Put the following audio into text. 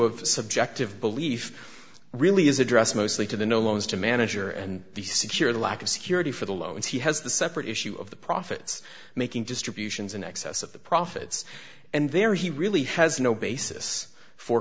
of subjective belief really is addressed mostly to the no loans to manager and the security lack of security for the loans he has the separate issue of the profits making distributions in excess of the profits and there he really has no basis for